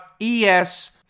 ES